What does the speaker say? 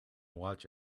watch